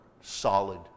solid